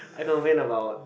I complain about